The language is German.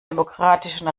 demokratischen